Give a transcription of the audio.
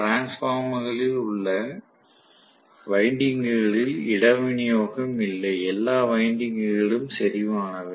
டிரான்ஸ்பார்மர்களில் உள்ள வைண்டிங்குகளில் இட விநியோகம் இல்லை எல்லா வைண்டிங்குகளும் செறிவானவை